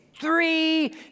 three